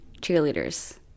cheerleaders